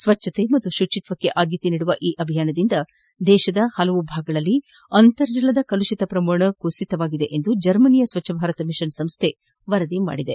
ಸ್ಲಚ್ಲತೆ ಮತ್ತು ಶುಚಿತ್ಸಕ್ಕೆ ಆದ್ನತೆ ನೀಡುವ ಈ ಅಭಿಯಾನದಿಂದ ದೇಶದ ಹಲವು ಭಾಗಗಳಲ್ಲಿ ಅಂತರ್ಜಲದ ಕಲುಷಿತ ಪ್ರಮಾಣ ಕುಸಿತವಾಗಿದೆ ಎಂದು ಜರ್ಮನಿಯ ಸ್ವಚ್ಲ ಭಾರತ್ ಮಿಷನ್ ಸಂಸ್ಡೆ ವರದಿ ಮಾಡಿದೆ